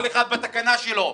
כל אחד בתקנה שלו.